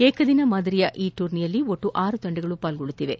ಏಕದಿನ ಮಾದರಿ ಈ ಟೂರ್ನಿಯಲ್ಲಿ ಒಟ್ಟು ಆರು ತಂಡಗಳು ಪಾಲ್ಗೊಳ್ಳಲಿವೆ